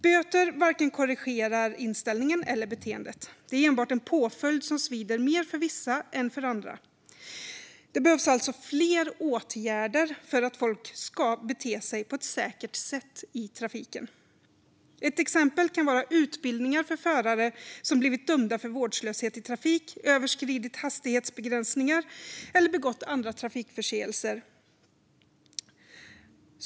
Böter korrigerar varken inställningen eller beteendet. Det är enbart en påföljd som svider mer för vissa än för andra. Det behövs alltså fler åtgärder för att folk ska bete sig på ett säkert sätt i trafiken. Ett exempel kan vara utbildningar för förare som blivit dömda för vårdslöshet i trafik, överskridit hastighetsbegränsningar eller begått andra trafikförseelser.